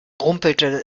rumpelte